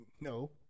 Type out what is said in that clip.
no